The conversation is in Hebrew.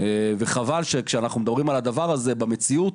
וחבל שאנחנו מדברים על הדבר הזה, ובמציאות,